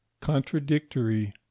contradictory